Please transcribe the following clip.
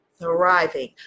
thriving